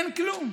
אין כלום.